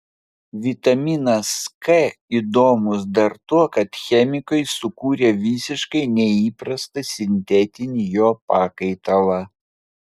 vitaminas k įdomus dar tuo kad chemikai sukūrė visiškai neįprastą sintetinį jo pakaitalą